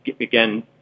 again